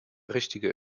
richtige